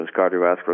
cardiovascular